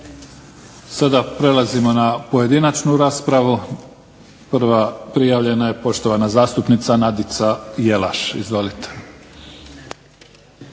Sada prelazimo na pojedinačnu raspravu. Prva prijavljena je poštovana zastupnica Nadica Jelaš. Izvolite.